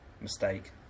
mistake